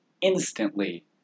instantly